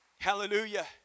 Hallelujah